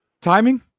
Timing